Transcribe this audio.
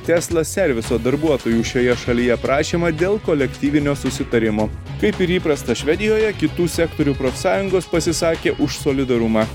tesla serviso darbuotojų šioje šalyje prašymą dėl kolektyvinio susitarimo kaip ir įprasta švedijoje kitų sektorių profsąjungos pasisakė už solidarumą